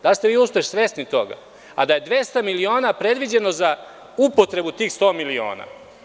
Da li ste svesni toga da je 200 miliona predviđeno za upotrebu tih 100 miliona?